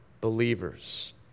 believers